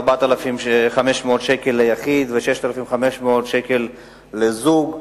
4,500 ש"ח ליחיד ו-6,500 ש"ח לזוג.